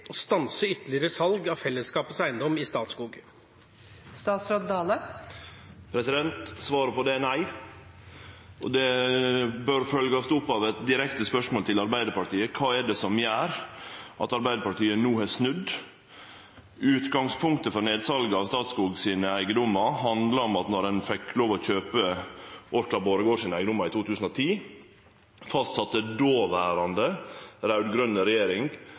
stanse ytterligere salg av fellesskapets eiendom i Statskog?» Svaret på det er nei, og det bør følgjast opp av eit direkte spørsmål til Arbeidarpartiet: Kva er det som gjer at Arbeidarpartiet no har snudd? Utgangspunktet for nedsal av Statskog sine eigedomar handlar om at når ein fekk lov å kjøpe Orkla/Borregaard sine eigedomar i 2010, fastsette dåverande raud-grøne regjering,